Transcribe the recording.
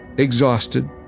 Exhausted